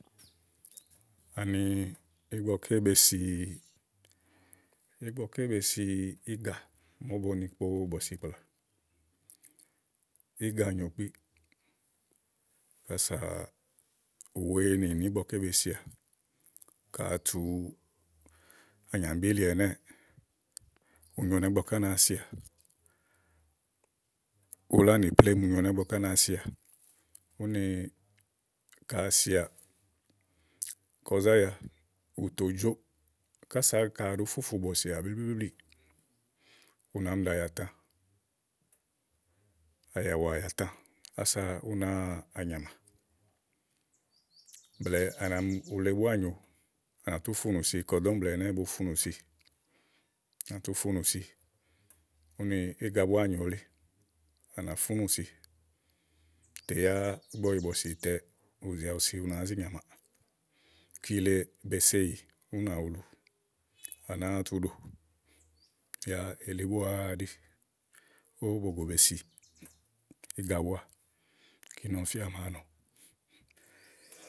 Ani ígbɔké be si iga ígbɔké kpí ása ùwèenì nì ígbɔ ké be síà ka ètè ànyambílì ɛnɛ́ɛ̀, ú nyonìà ígbɔké à nàáa sià u lànì plémú, ù nyonìà ígbɔké à nàáa sìà úni ka à sià kɔzá ya, ù tò joo kása ka à ɖòó fufù bɔ̀sià blíblíblí ù nà mi ɖè àyàtà àyàwá àyàtã ása ú nàáa ànyàmà blɛ̀ɛ á nà mi, u le búá nyòo, à nà tú funù si kɔdɔ́ɔ̀mble ɛnɛ́ɛ̀ bo funùsi, úni à nà tú funùsi úni íga búá nyòo elí à nà fúnú si tè yáà ígbɔ ɔwɔ yì bɔ̀sì yi tɛ, ù zi awu si ù nàá zi nyàmàà kile be seyí, ú nà wulu à nàáa tu ɖo yá elí búáá ɛɖí ówó bògò be si íga wa kíni ɔmi fíà nàáa nɔ.